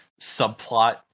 subplot